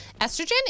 Estrogen